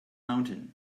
mountain